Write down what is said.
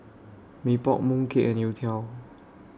Mee Pok Mooncake and Youtiao